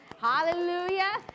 Hallelujah